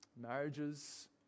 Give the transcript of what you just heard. marriages